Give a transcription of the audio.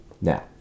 Now